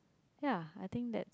ya I think that